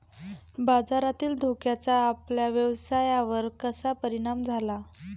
बाजारातील धोक्याचा आपल्या व्यवसायावर कसा परिणाम झाला?